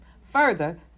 Further